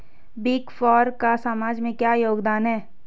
Big four का समाज में क्या योगदान है?